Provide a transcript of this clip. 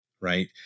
Right